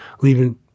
leaving